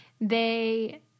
They-